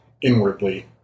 inwardly